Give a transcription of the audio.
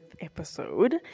episode